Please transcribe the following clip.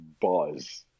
buzz